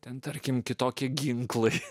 ten tarkim kitokie ginklai